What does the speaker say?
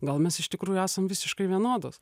gal mes iš tikrųjų esam visiškai vienodos